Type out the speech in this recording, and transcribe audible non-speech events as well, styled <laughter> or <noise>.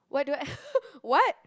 what do I <laughs> what